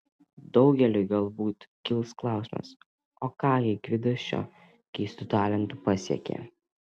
daugeliui galbūt kils klausimas o ką gi gvidas šiuo keistu talentu pasiekė